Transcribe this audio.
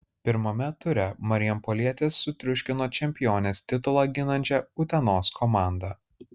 pirmame ture marijampolietės sutriuškino čempionės titulą ginančią utenos komandą